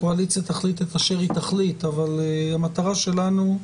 הקואליציה תחליט את אשר היא תחליט אבל המטרה שלנו היא